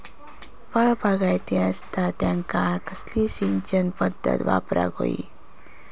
फळबागायती असता त्यांका कसली सिंचन पदधत वापराक होई?